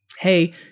Hey